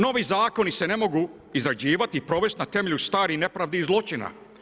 Novi zakoni se ne mogu izrađivati i provesti na temelju starih nepravdi i zločina.